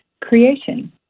creation